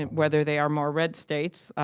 and whether they are more red states,